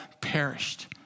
perished